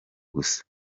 gusa